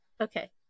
Okay